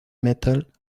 metal